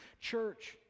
church